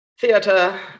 theater